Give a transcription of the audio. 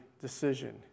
decision